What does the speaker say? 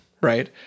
right